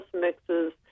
mixes